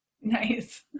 nice